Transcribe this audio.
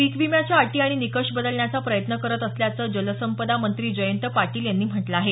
पीक विम्याच्या अटी आणि निकष बदलण्याचा प्रयत्न करत असल्याचं जलसंपदा मंत्री जयंत पाटील यांनी म्हटलं आहे